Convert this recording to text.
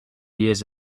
years